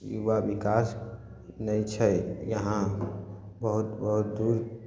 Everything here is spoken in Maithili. युवा विकास नहि छै यहाँ बहुत बहुत दूर